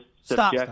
stop